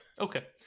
Okay